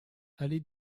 allée